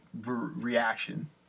reaction